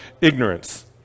ignorance